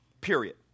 Period